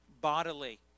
bodily